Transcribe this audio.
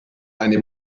eine